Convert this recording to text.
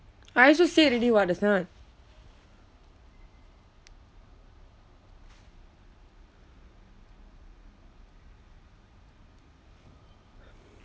I also said already [what] just now